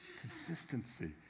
Consistency